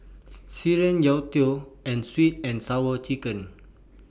Sireh Youtiao and Sweet and Sour Chicken